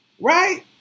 right